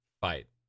fight